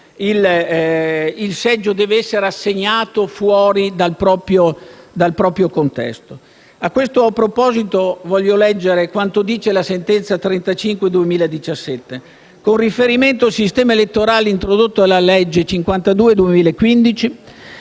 il seggio deve essere assegnato fuori dal proprio contesto. A questo proposito voglio leggere quanto dice la sentenza n. 35 del 2017: «Con riferimento al sistema elettorale introdotto dalla legge n. 52